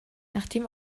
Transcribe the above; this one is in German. nachdem